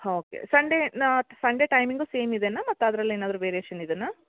okay ಸಂಡೇನಾ Sunday timing same ಇದೇನ ಮತ್ತು ಅದ್ರಲ್ಲಿ ಏನಾದರೂ ವೇರಿಯೇಷನ್ ಇದೆಯಾ